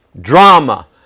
drama